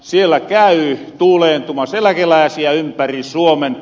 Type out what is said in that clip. siellä käy tuuleentumassa eläkelääsiä ympäri suomen